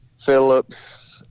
Phillips